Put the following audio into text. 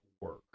work